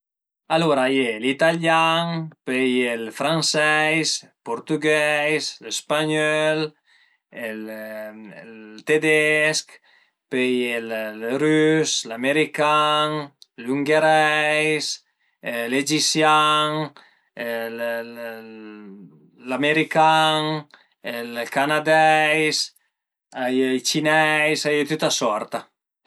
Alura a ie l'italian, pöi a ie ël franseis, purtügheis, spagnöl, ël tedesch, pöi a ie ël rüs, l'american, l'ünghereis, l'egisian l'american, ël canadeis, a ie ël cineis, a ie tüta sorta